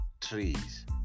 trees